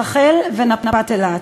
רח"ל ונפת אילת.